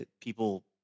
People